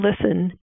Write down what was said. listen